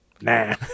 nah